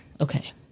okay